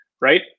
right